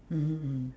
mmhmm mmhmm